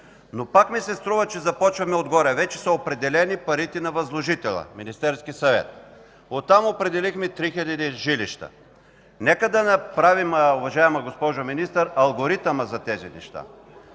Но пак ми се струва, че започваме отгоре. Вече са определени парите на възложителя – Министерския съвет. Оттам определихме 3 хил. жилища. Нека да направим, уважаема госпожо Министър, алгоритъма за тези неща.